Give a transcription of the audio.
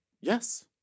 yes